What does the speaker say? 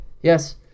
Yes